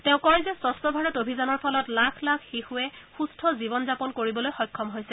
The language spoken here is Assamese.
তেওঁ কয় যে স্বছ্ ভাৰত অভিযান ফলত লাখ লাখ শিশু সুস্থ জীৱন যাপন কৰিবলৈ সক্ষম হৈছে